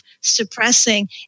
suppressing